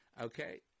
Okay